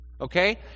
Okay